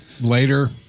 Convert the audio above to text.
later